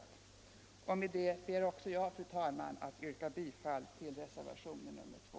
Fru talman! Med detta ber också jag att få yrka bifall till reservationen 2.